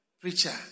preacher